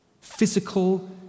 physical